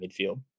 midfield